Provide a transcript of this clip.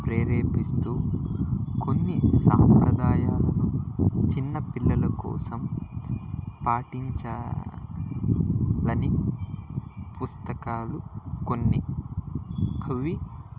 ప్రేరేపిస్తూ కొన్ని సాంప్రదాయాలను చిన్న పిల్లల కోసం పాటించాలని పుస్తకాలు కొన్ని అవి